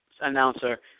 announcer